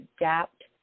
adapt